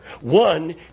One